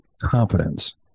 confidence